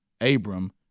Abram